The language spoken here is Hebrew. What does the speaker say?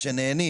כשנהנים